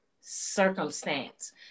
circumstance